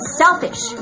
selfish